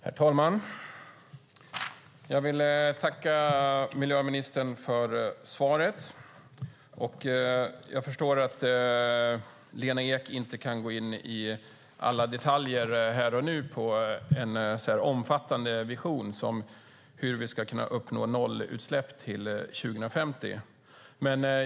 Herr talman! Jag vill tacka miljöministern för svaret. Jag förstår att Lena Ek inte kan gå in på alla detaljer här och nu i en sådan omfattande vision som hur vi ska kunna uppnå nollutsläpp till 2050.